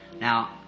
now